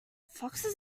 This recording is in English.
foxes